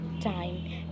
time